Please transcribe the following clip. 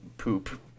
poop